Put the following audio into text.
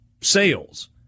sales